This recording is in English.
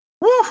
Woo